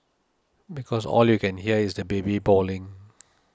because all you can hear is the baby bawling